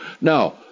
Now